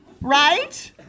Right